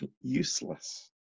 useless